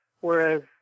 Whereas